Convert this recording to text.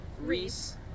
Reese